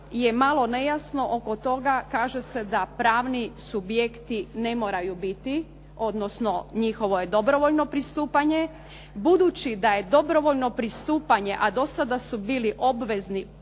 je malo nejasno oko toga, kaže se da pravni subjekti ne moraju biti, odnosno njihovo je dobrovoljno pristupanje, budući da je dobrovoljno pristupanje a do sada su bili obvezni